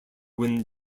when